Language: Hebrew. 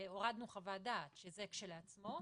כלומר הורדנו חוות דעת, שזה כשלעצמו.